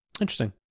Interesting